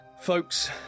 folks